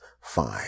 Fine